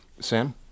Sam